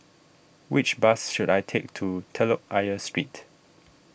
which bus should I take to Telok Ayer Street